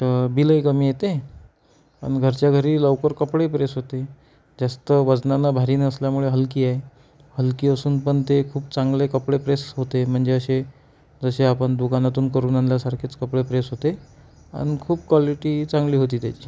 तर बिलही कमी येते अन घरच्या घरी लवकर कपडे प्रेस होते जास्त वजनाला भारी नसल्यामुळे हलकी आहे हलकी असून पण ते खूप चांगले कपडे प्रेस होते म्हणजे असे जसे आपण दुकानातून करून आणल्यासारखेच कपडे प्रेस होते आणि खूप क्वालिटी चांगली होती त्याची